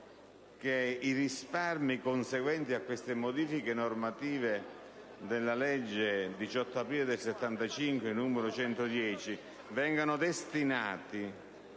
che i risparmi conseguenti alle modifiche normative della legge 18 aprile 1975, n. 110, vengano destinati